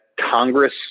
Congress